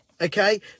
okay